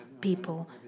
people